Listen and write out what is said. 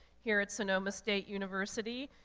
here at sonoma state university.